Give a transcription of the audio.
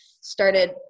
started